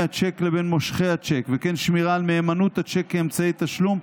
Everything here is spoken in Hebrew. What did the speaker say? הצ'ק לבין מושכי הצ'ק וכן שמירה על מהימנות הצ'ק כאמצעי תשלום.